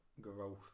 growth